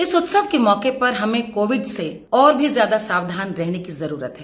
इस उत्सव के मौके पर हमें कोविड से और भी ज्यादा सावधान रहने की जरूरत है